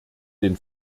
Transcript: den